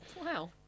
Wow